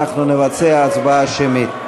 אנחנו נבצע הצבעה שמית.